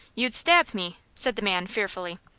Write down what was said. you'd stab me, said the man, fearfully.